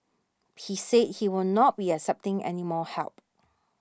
he said he will not be accepting any more help